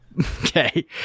Okay